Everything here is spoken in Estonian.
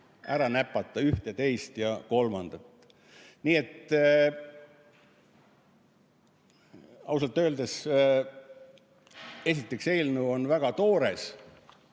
ära näpata ühte, teist ja kolmandat. Nii et ausalt öeldes, esiteks, eelnõu on